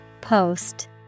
Post